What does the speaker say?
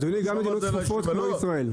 אדוני, גם מדינות צפופות כמו ישראל.